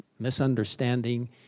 misunderstanding